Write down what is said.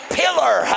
pillar